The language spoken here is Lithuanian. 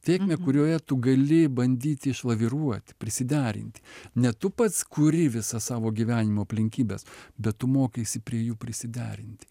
tėkmę kurioje tu gali bandyti išlaviruot prisiderint ne tu pats kuri visas savo gyvenimo aplinkybes bet tu mokaisi prie jų prisiderinti